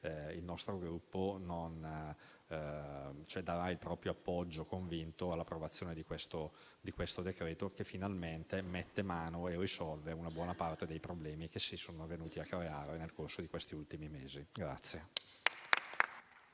il nostro Gruppo darà il proprio appoggio convinto all'approvazione del decreto-legge al nostro esame che finalmente mette mano e risolve una buona parte dei problemi che si sono venuti a creare nel corso di questi ultimi mesi.